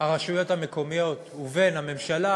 הרשויות המקומיות ובין הממשלה,